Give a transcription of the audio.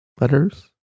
Letters